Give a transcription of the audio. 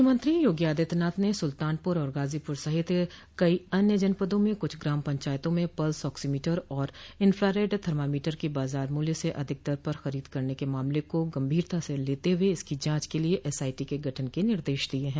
मुख्यमंत्री योगी आदित्यनाथ ने सुल्तानपुर और गाजीपुर सहित कई अन्य जनपदों में क्छ ग्राम पंचायतों में पल्स आक्सीमीटर और इंफ्रारेड थर्मामीटर की बाजार मुल्य से अधिक दर पर खरीद करने के मामले को गंभीरता से लेते हुए इसकी जांच के लिये एसआईटी के गठन के निर्देश दिये हैं